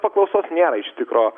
paklausos nėra iš tikro